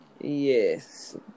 Yes